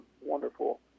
wonderful